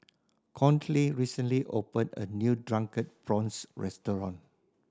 Conley recently opened a new Drunken Prawns restaurant